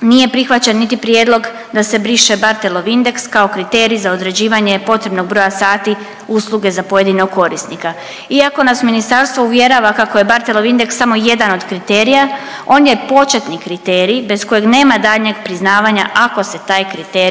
nije prihvaćen niti prijedlog da se briše barthelov indeks kao kriterij za određivanje potrebnog broja sati usluge za pojedinog korisnika. Iako nas ministarstvo uvjerava kako je barthelov indeks samo jedan od kriterija, on je početni kriterij bez kojeg nema daljnjeg priznavanja ako se taj kriterij